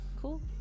cool